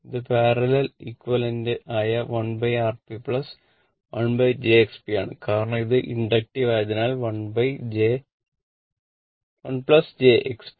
ഇത് parallel equivalent ആയ 1RP 1jXP ആണ് കാരണം ഇത് ഇൻഡക്റ്റീവ് ആയതിനാൽ 1 jXP